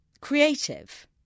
creative